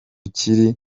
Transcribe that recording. kiri